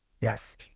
Yes